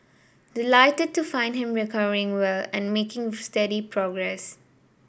delighted to find him recovering well and making steady progress